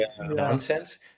nonsense